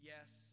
yes